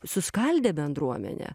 suskaldė bendruomenę